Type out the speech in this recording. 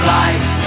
life